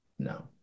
no